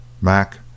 Mac